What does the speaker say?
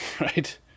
right